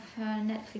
Netflix